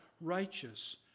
righteous